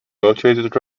rotated